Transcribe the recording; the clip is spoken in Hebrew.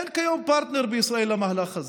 אין כיום פרטנר בישראל למהלך הזה.